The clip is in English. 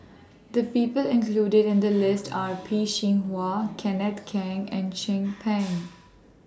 The People included in The list Are Peh Chin Hua Kenneth Keng and Chin Peng